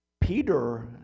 Peter